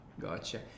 gotcha